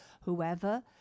whoever